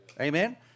Amen